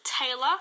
Taylor